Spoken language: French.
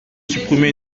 supprimer